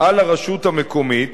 על הרשות המקומית